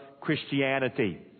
Christianity